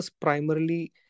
primarily